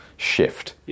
Shift